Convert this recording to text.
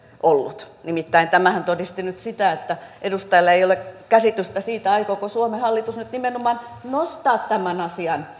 ollut nimittäin tämähän todisti nyt sitä että edustajalla ei ole käsitystä siitä aikooko suomen hallitus nyt nimenomaan nostaa tämän asian